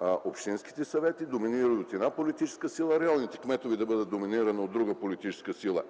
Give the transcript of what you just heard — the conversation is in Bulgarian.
общинските съвети, доминирани от една политическа сила, районните кметове да бъдат доминирани от друга политическа сила?!